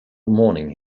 morning